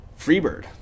Freebird